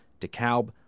DeKalb